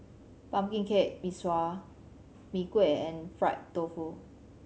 pumpkin cake mistral Mee Kuah and fried tofu